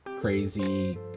crazy